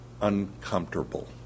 uncomfortable